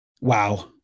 Wow